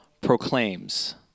proclaims